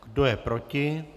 Kdo je proti?